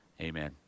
Amen